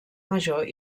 major